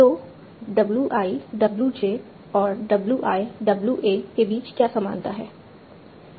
तो w i w j और w i w k के बीच क्या समानता है